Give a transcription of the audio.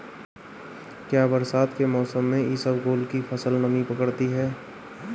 क्या बरसात के मौसम में इसबगोल की फसल नमी पकड़ती है?